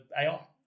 AI